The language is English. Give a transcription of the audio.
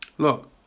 Look